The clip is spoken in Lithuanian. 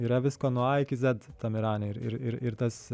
yra visko nuo a iki zet tam irane ir ir ir tas